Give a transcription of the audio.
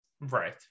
right